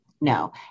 no